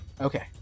Okay